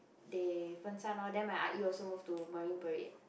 they fen shan loh then my Ah-Yi also move to Marine-Parade